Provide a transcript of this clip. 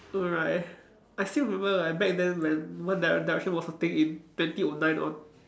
oh right I still remember like back then when one dire~ direction was a thing in twenty O nine or